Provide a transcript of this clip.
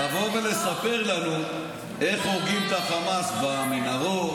לבוא ולספר לנו איך הורגים את החמאס במנהרות,